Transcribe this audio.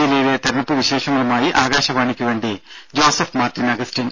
ജില്ലയിലെ തിരഞ്ഞെടുപ്പ് വിശേഷങ്ങളുമായി ആകാശവാണിക്ക് വേണ്ടി ജോസഫ് മാർട്ടിൻ അഗസ്റ്റിൻ